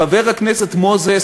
חבר הכנסת מוזס,